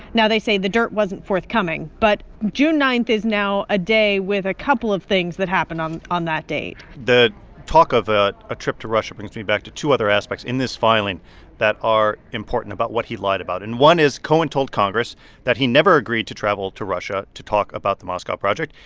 now they say the dirt wasn't forthcoming, but june nine is now a day with a couple of things that happened on on that date the talk of a ah trip to russia brings me back to two other aspects in this filing that are important about what he lied about. and one is cohen told congress that he never agreed to travel to russia to talk about the moscow project,